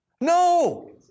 No